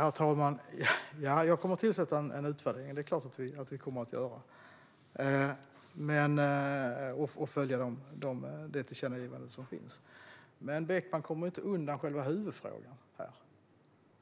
Herr talman! Jag kommer att tillsätta en utvärdering. Det är klart att vi kommer att göra det och följa det tillkännagivande som finns. Men Beckman kommer inte undan själva huvudfrågan här.